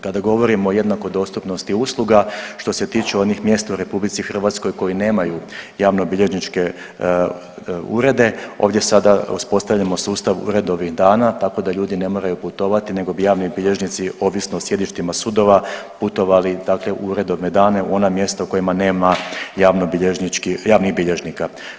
Kada govorimo o jednakoj dostupnosti usluga, što se tiče onih mjesta u RH koji nemaju javnobilježničke urede ovdje sada uspostavljamo sustav uredovnih dana tako da ljudi ne moraju putovati nego bi javni bilježnici ovisni o sjedištima sudova putovali u uredovne dane u ona mjesta u kojima nema javnih bilježnika.